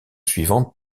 suivantes